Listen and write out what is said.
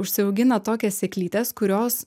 užsiaugina tokias sėklytes kurios